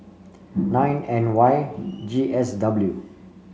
nine N Y G S W